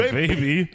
baby